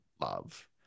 love